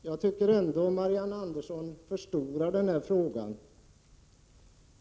| Herr talman! Jag tycker ändå att Marianne Andersson förstorar den här frågan.